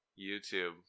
YouTube